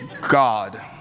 God